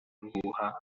ruhuha